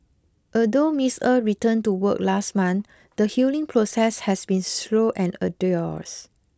although Miss Er returned to work last month the healing process has been slow and arduous